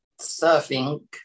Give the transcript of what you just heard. surfing